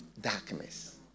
darkness